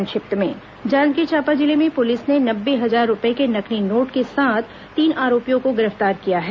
संक्षिप्त समाचार जांजगीर चांपा जिले में पुलिस ने नब्बे हजार रूपये के नकली नोट के साथ तीन आरोपियों को गिरफ्तार किया है